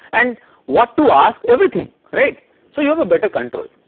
and what to ask everything right so you have a better control